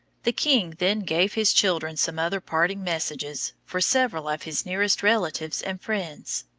the king then gave his children some other parting messages for several of his nearest relatives and friends,